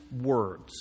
words